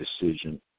decision